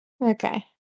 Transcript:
Okay